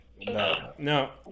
no